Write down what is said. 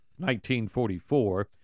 1944